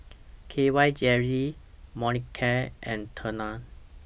K Y Jelly Molicare and Tena